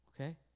Okay